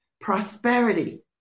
Prosperity